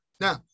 Now